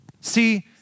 See